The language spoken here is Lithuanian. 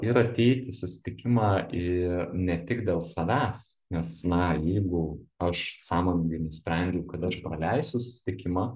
ir ateit į susitikimą į ne tik dėl savęs nes na jeigu aš sąmoningai nusprendžiau kad aš praleisiu susitikimą